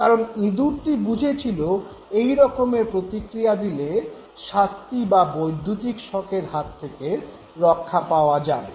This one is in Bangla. কারণ ইঁদুরটি বুঝেছিল যে এই রকমের প্রতিক্রিয়া দিলে শাস্তি বা বৈদ্যুতিক শকের হাত থেকে রক্ষা পাওয়া যাবে